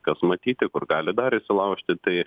kas matyti kur gali dar įsilaužti tai